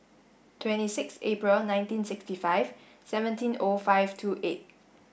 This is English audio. twenty six April nineteen sixty five seventeen O five two eight